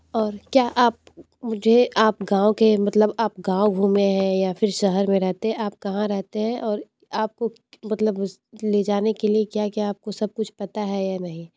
और क्या आप मुझे आप गाँव के मतलब आप गाँव घूमे हैं या फ़िर शहर में रहते आप कहाँ रहते हैं और आप को मतलब ले जाने के लिए क्या क्या आप को सब कुछ पता है या नहीं